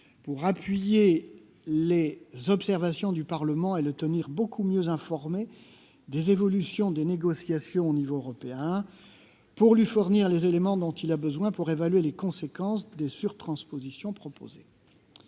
pour appuyer les observations du Parlement et le tenir beaucoup mieux informé des évolutions des négociations au niveau européen, pour lui fournir les éléments dont il a besoin pour évaluer les conséquences des surtranspositions proposées.